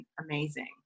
amazing